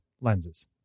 lenses